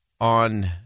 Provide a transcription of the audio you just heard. on